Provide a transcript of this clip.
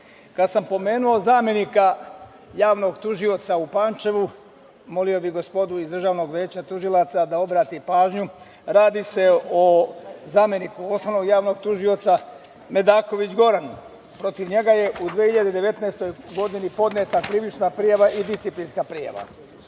Kada sam pomenuo zamenika javnog tužioca u Pančevu, molio bi gospodu iz Državnog veća tužilaca da obrati pažnju, radi se o zameniku Osnovnog javnog tužioca, Medaković Goran. Protiv njega je u 2019. godini podneta krivična prijava i disciplinska prijava